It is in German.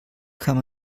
kann